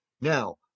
Now